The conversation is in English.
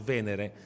Venere